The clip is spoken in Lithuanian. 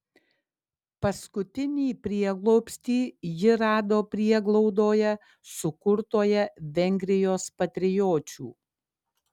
paskutinį prieglobstį ji rado prieglaudoje sukurtoje vengrijos patriočių